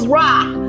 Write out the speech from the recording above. rock